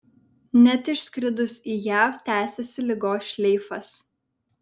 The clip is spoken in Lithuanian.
net išskridus į jav tęsėsi ligos šleifas